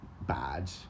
bad